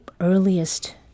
earliest